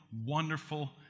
wonderful